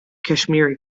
kashmiri